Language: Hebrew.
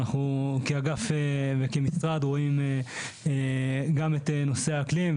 אנחנו כאגף וכמשרד רואים גם את נושא האקלים,